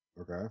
Okay